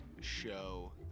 show